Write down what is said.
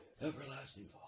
everlasting